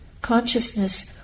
consciousness